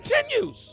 continues